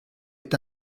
est